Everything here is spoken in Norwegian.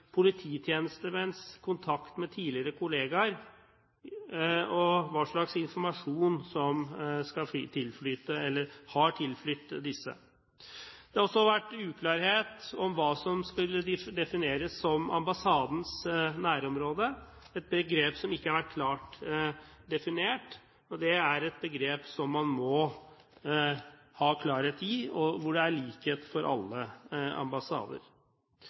polititjenestemenns kontakt med tidligere kollegaer og hva slags informasjon som har tilflytt disse. Det har også vært uklarhet om hva som skulle defineres som ambassadens nærområde – et begrep som ikke har vært klart definert. Det er et begrep som man må ha klarhet i. Her er det likhet for alle ambassader.